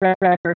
record